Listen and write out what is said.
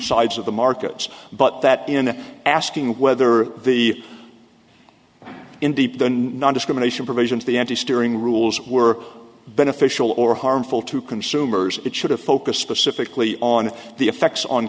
sides of the markets but that in asking whether the in deep the nondiscrimination provisions the n t steering rules were beneficial or harmful to consumers it should have focused specifically on the effects on